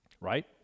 right